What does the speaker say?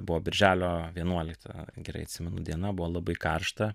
buvo birželio vienuoliktą gerai atsimenu diena buvo labai karšta